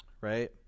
right